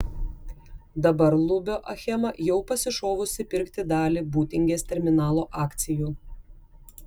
dabar lubio achema jau pasišovusi pirkti dalį būtingės terminalo akcijų